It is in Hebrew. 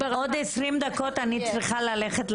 אני מנסה לחשוב איך ירחיקו אותו מהמחשב,